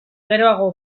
geroago